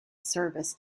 service